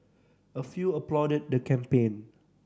a few applauded the campaign